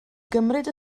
gymryd